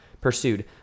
pursued